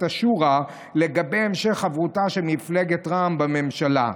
השורא לגבי המשך חברותה של מפלגת רע"מ בממשלה.